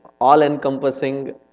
all-encompassing